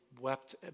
wept